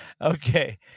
Okay